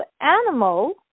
animal